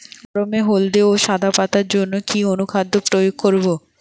গমের হলদে ও সাদা পাতার জন্য কি অনুখাদ্য প্রয়োগ করব?